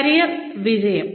career വിജയം